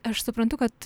aš suprantu kad